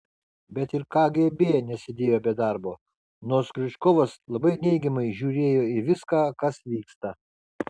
bet ir kgb nesėdėjo be darbo nors kriučkovas labai neigiamai žiūrėjo į viską kas vyksta